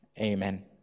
Amen